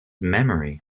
memory